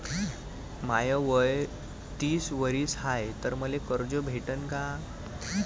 माय वय तीस वरीस हाय तर मले कर्ज भेटन का?